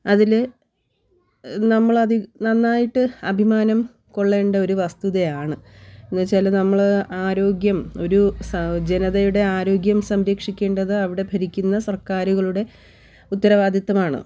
അതിൽ നമ്മളതിൽ നന്നായിട്ട് അഭിമാനം കൊള്ളേണ്ട ഒരു വസ്തുതയാണ് എന്ന് വെച്ചാൽ നമ്മൾ ആരോഗ്യം ഒരു സഹജനതയുടെ ആരോഗ്യം സംരക്ഷിക്കേണ്ടത് അവിടെ ഭരിക്കുന്ന സർക്കാരുകളുടെ ഉത്തരവാദിത്വം ആണ്